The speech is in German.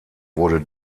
wurde